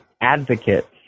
advocates